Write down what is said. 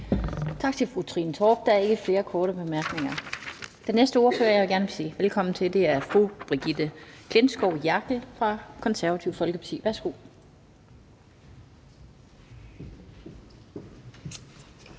Tak til fru Trine Torp. Der er ikke flere korte bemærkninger. Den næste ordfører, jeg gerne vil sige velkommen til, er fru Brigitte Klintskov Jerkel fra Det Konservative Folkeparti. Værsgo.